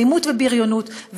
אלימות ובריונות,